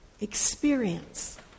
experience